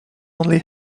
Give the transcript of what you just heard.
only